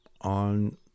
on